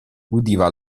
udiva